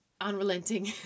unrelenting